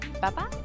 Bye-bye